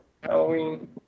Halloween